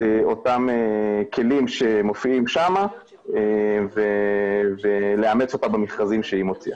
אותם כלים שמופיעים שם ולאמץ אותם במכרזים שהיא מוציאה.